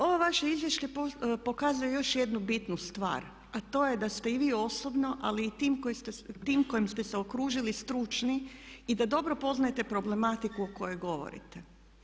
Ovo vaše izvješće pokazuje još jednu bitnu stvar a to je da ste i vi osobno ali i tim kojim ste se okružili stručni i da dobro poznajete problematiku o kojoj govorite.